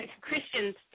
Christians